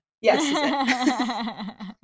Yes